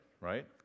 right